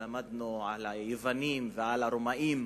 למדנו על היוונים ועל הרומאים.